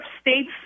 states